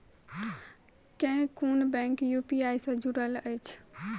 केँ कुन bank UPI सँ जुड़ल अछि?